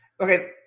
Okay